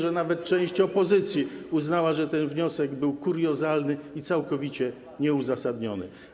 że nawet część opozycji uznała, że ten wniosek był kuriozalny i całkowicie nieuzasadniony.